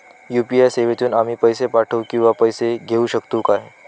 UPI सेवेतून आम्ही पैसे पाठव किंवा पैसे घेऊ शकतू काय?